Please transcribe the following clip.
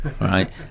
right